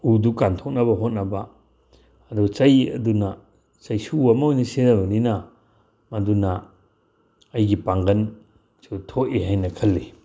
ꯎꯗꯨ ꯀꯥꯟꯊꯣꯛꯅꯕ ꯍꯣꯠꯅꯕ ꯑꯗꯨ ꯆꯩ ꯑꯗꯨꯅ ꯆꯩꯁꯨ ꯑꯃ ꯑꯣꯏꯅ ꯁꯤꯖꯤꯟꯅꯕꯅꯤꯅ ꯃꯗꯨꯅ ꯑꯩꯒꯤ ꯄꯥꯡꯒꯟꯁꯨ ꯊꯣꯛꯏ ꯍꯥꯏꯅ ꯈꯜꯂꯤ